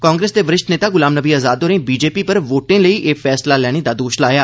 कांग्रेस दे वरिष्ठ नेता गुलाम नबी आजाद होरें भाजपा पर वोटें लेई एह फैसला लैने दा दोश लाया